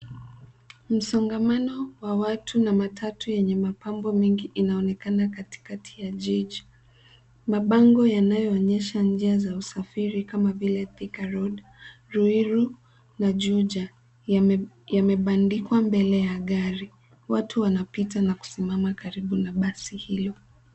Msongamano wa watu na matatu yenye mapambo mengi inaonekana katikati ya jiji. Mabango yanayoonyesha njia za usafiri kama vile Thika Road, Ruiru na Juja, yamebandikwa mbele ya gari. Watu wanapita na kusimama karibu na basi hilo.